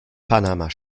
panama